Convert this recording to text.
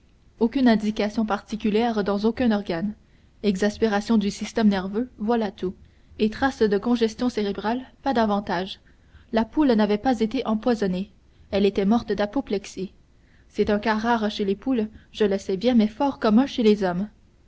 aucune indication particulière dans aucun organe exaspération du système nerveux voilà tout et trace de congestion cérébrale pas davantage la poule n'avait pas été empoisonnée elle était morte d'apoplexie c'est un cas rare chez les poules je le sais bien mais fort commun chez les hommes